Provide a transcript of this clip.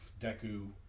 Deku